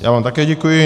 Já vám také děkuji.